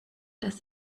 dass